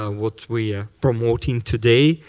ah what we're promoting today,